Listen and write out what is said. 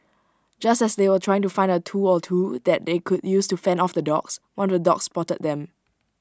just as they were trying to find A tool or two that they could use to fend off the dogs one of the dogs spotted them